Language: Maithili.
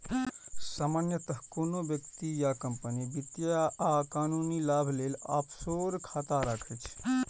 सामान्यतः कोनो व्यक्ति या कंपनी वित्तीय आ कानूनी लाभ लेल ऑफसोर खाता राखै छै